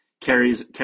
Carrie's